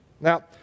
Now